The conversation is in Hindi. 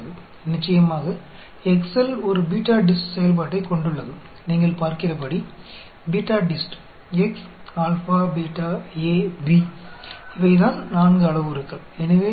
तो यह गणना करता है और आपको बताता है कि प्रोबेबिलिटी डेंसिटी फ़ंक्शन क्या है